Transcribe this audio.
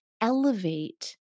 elevate